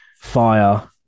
fire